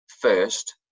first